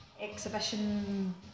exhibition